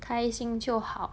开心就好